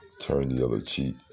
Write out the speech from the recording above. turn-the-other-cheek